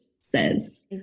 says